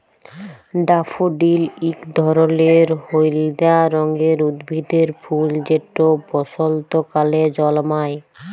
daffodil ইক ধরলের হইলদা রঙের উদ্ভিদের ফুল যেট বসল্তকালে জল্মায়